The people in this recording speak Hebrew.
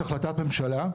יש החלטת ממשלה,